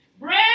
bread